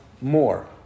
more